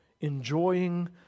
enjoying